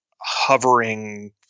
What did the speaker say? hovering